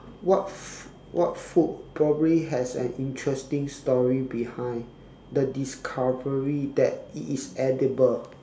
what fo~ what food probably has an interesting story behind the discovery that it is edible